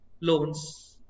loans